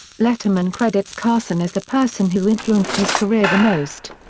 letterman credits carson as the person who influenced his career the most.